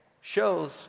shows